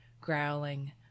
growling